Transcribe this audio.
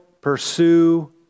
pursue